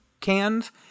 cans